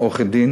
עורכי-דין